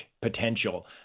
potential